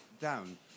down